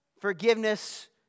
Forgiveness